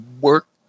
work